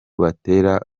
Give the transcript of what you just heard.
batera